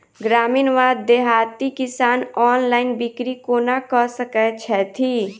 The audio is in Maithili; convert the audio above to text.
ग्रामीण वा देहाती किसान ऑनलाइन बिक्री कोना कऽ सकै छैथि?